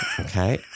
Okay